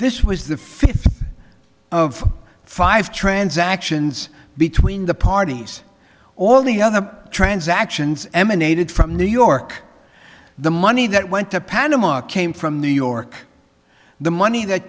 this was the fifth of five transactions between the parties all the other transactions emanated from new york the money that went to panama came from new york the money that